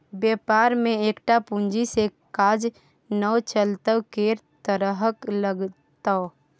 बेपार मे एकटा पूंजी सँ काज नै चलतौ कैक तरहक लागतौ